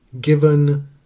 given